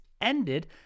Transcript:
ended